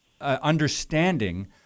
understanding